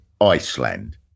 Iceland